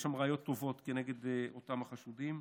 יש שם ראיות טובות כנגד אותם החשודים.